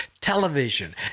television